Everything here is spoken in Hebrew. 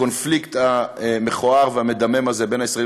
הקונפליקט המכוער והמדמם הזה בין הישראלים